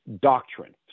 doctrine